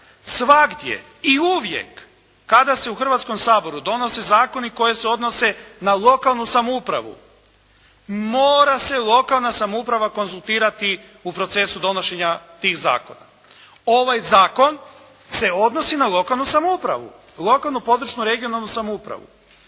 “Svagdje i uvijek kada se u Hrvatskom saboru donose zakoni koji se odnose na lokalnu samoupravu mora se lokalna samouprava konzultirati u procesu donošenja tih zakona.“ Ovaj zakon se odnosi na lokalnu samoupravu, lokalnu područnu (regionalnu) samoupravu.